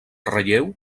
relleu